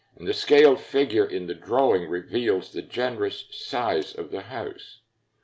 the scale figure in the drawing reveals the generous size of the house.